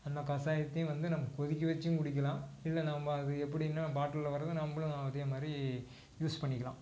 அந்தக் கசாயத்தையும் வந்து நம்ம கொதிக்க வச்சும் குடிக்கலாம் இல்லை நம்ம அது எப்படின்னா பாட்டிலில் வர்றது நம்மளும் அதே மாதிரி யூஸ் பண்ணிக்கலாம்